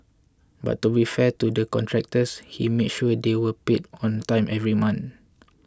but to be fair to the contractors he made sure they were paid on time every month